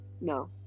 No